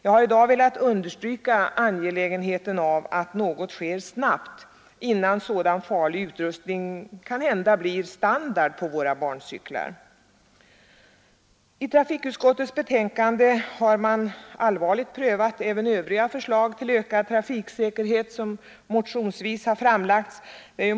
Jag har i dag velat understryka angelägenheten av att något sker snabbt innan sådan farlig utrustning kanhända blir standard på barncyklarna. I trafikutskottets betänkande har man allvarligt prövat även övriga förslag till ökad trafiksäkerhet som motionsvis har framlagts.